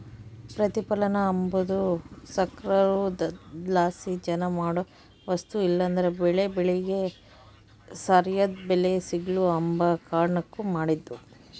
ಪ್ರತಿಪಲನ ಅಂಬದು ಸರ್ಕಾರುದ್ಲಾಸಿ ಜನ ಮಾಡೋ ವಸ್ತು ಇಲ್ಲಂದ್ರ ಬೆಳೇ ಬೆಳಿಗೆ ಸರ್ಯಾದ್ ಬೆಲೆ ಸಿಗ್ಲು ಅಂಬ ಕಾರಣುಕ್ ಮಾಡಿದ್ದು